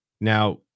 Now